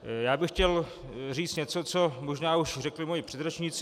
Já bych chtěl říct něco, co možná už řekli moji předřečníci.